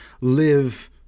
live